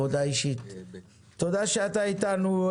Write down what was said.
תודה שאתה איתנו,